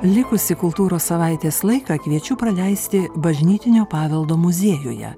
likusį kultūros savaitės laiką kviečiu praleisti bažnytinio paveldo muziejuje